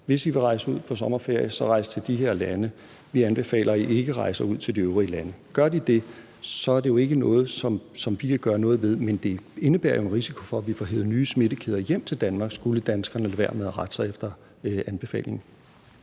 Hvis I vil rejse ud på sommerferie, så rejs til de her lande. Vi anbefaler, at I ikke rejser ud til de øvrige lande. Gør de det, er det jo ikke noget, som vi kan gøre noget ved, men det indebærer en risiko for, at vi får hevet nye smittekæder hjem til Danmark, skulle danskere lade være med at rette sig efter anbefalingen.